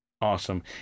Awesome